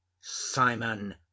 Simon